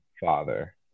Father